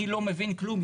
אני לא מבין כלום.